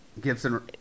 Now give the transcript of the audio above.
Gibson